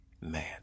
man